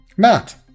Matt